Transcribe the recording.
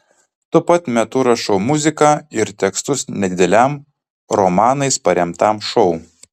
tuo pat metu rašau muziką ir tekstus nedideliam romanais paremtam šou